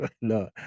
No